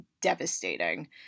devastating